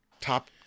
top